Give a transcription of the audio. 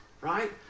right